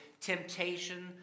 temptation